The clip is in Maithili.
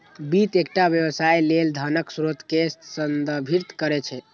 वित्त एकटा व्यवसाय लेल धनक स्रोत कें संदर्भित करै छै